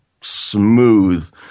smooth